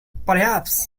perhaps